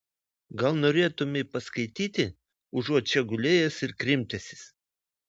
gal norėtumei paskaityti užuot čia gulėjęs ir krimtęsis